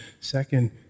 Second